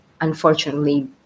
unfortunately